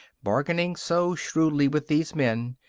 bargaining so shrewdly with these men,